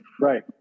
Right